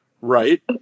right